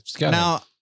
Now